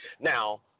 Now